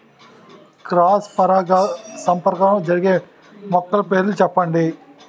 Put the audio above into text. Cross పరాగసంపర్కం జరిగే మొక్కల పేర్లు చెప్పండి?